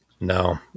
no